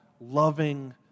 loving